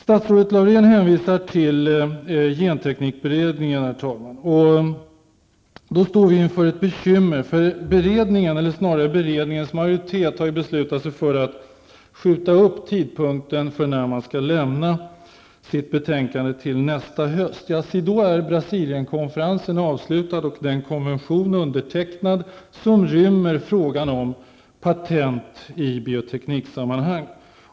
Statsrådet Laurén hänvisar till genteknikberedningen, och här står vi inför bekymmer. En majoritet i beredningen har ju beslutat att skjuta på tidpunkten för när man skall avlämna sitt betänkande till nästa höst. Men si, då är Brasilienkonferensen avslutad och den konvention undertecknad som rymmer frågan om patent i biotekniksammanhang!